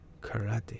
karate